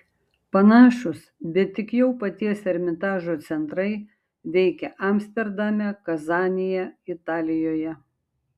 panašūs bet tik jau paties ermitažo centrai veikia amsterdame kazanėje italijoje